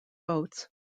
boats